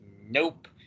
Nope